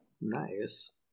Nice